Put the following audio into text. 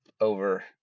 over